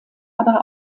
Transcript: aber